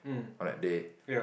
on that day